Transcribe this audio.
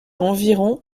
environ